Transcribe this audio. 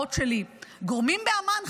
השערות שלי: גורמים באמ"ן,